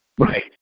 Right